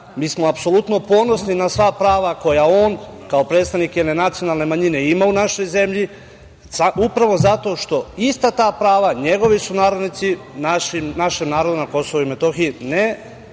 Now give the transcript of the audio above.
SNS smo apsolutno ponosni na sva prava koja on kao predstavnik jedne nacionalne manjine ima u našoj zemlji upravo zato što ista ta prava njegovi sunarodnici našem narodu na KiM, ne